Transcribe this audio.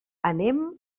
anem